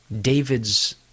David's